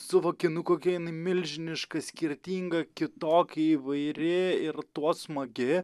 suvoki kokia jin milžiniška skirtinga kitokia įvairi ir tuo smagi